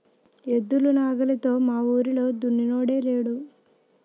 ఎద్దులు నాగలితో మావూరిలో దున్నినోడే లేడు